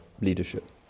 leadership